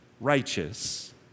righteous